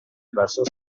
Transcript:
verso